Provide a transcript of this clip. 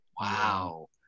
wow